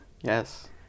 Yes